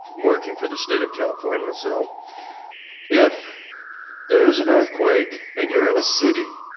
working for the state of california, so if there is an earthquake, and you're in a city,